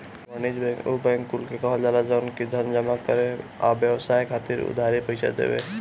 वाणिज्यिक बैंक उ बैंक कुल के कहल जाला जवन धन के जमा करे आ व्यवसाय खातिर उधारी पईसा देवे